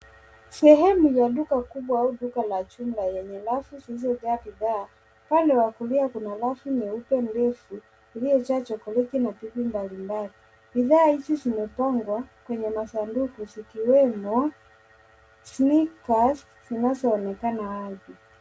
Sehemu ya duka kubwa au duka la jumla yenye rafu zilizojaa bidhaa. Upande wa kulia kuna rafu nyeupe ndefu zilizojaa chocolate na vitu mbalimbali. Bidhaa hizi zimepangwa kwenye masanduku zikiwemo slippers zinazoonekana wazi.